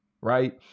right